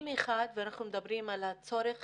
אם אחד ואנחנו מדברים על הצורך